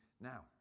Now